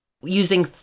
using